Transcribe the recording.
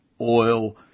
oil